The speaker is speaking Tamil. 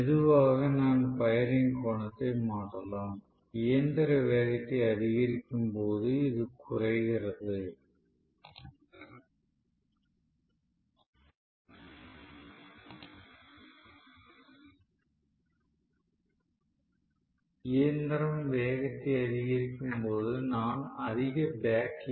மெதுவாக நான் பயரிங் கோணத்தை மாற்றலாம் இயந்திரம் வேகத்தை அதிகரிக்கும் போது இது குறைகிறது இயந்திரம் வேகத்தை அதிகரிக்கும் போது நான் அதிக பேக் ஈ